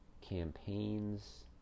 campaigns